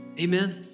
Amen